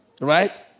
right